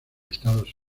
estados